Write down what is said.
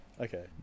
Okay